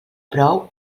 prou